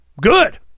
good